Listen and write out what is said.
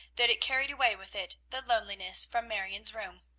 that it carried away with it the loneliness from marion's room.